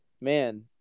man